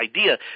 idea